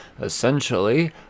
essentially